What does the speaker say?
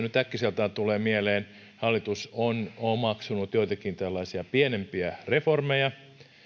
nyt äkkiseltään tulee mieleen että hallitus on omaksunut joitakin tällaisia pienempiä reformeja